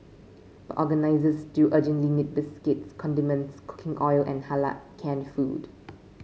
but organisers still urgently need biscuits condiments cooking oil and Halal canned food